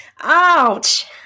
Ouch